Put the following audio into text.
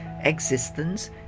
existence